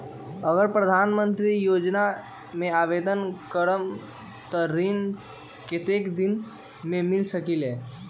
अगर प्रधानमंत्री योजना में आवेदन करम त ऋण कतेक दिन मे मिल सकेली?